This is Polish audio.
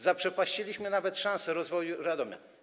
Zaprzepaściliśmy nawet szansę na rozwój Radomia.